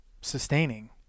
sustaining